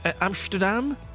Amsterdam